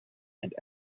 and